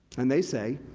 and they say,